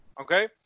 Okay